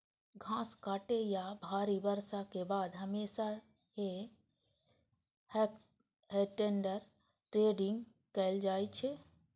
घास काटै या भारी बर्षा के बाद हमेशा हे टेडर टेडिंग कैल जाइ छै